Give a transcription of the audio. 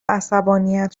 عصبانیت